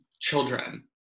children